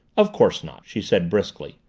of course not, she said briskly.